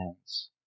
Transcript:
hands